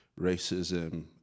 racism